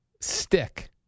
stick